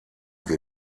wir